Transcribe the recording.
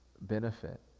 benefit